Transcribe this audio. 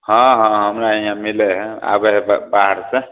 हाँ हाँ हमरा इहाँ मिलै हय आबै हय बऽ बाहरसँ